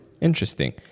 Interesting